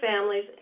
families